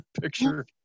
picture